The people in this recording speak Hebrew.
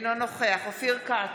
אינו נוכח אופיר כץ,